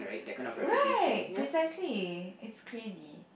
right precisely it's crazy